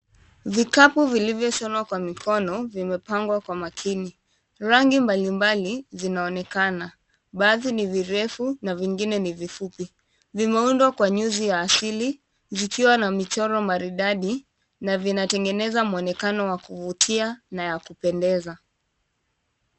Vikapu vilivyoshonwa kwa mikono vimepangwa kwa makini. Rangi mbalimbali zinaonekana. Baadhi ni virefu na vingine ni vifupi. Vimeundwa kwa nyuzi ya asili zikiwa na michoro maridadi na vinatengeneza muonekano wa kuvutia na ya kupendeza.